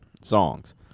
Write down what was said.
songs